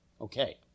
Okay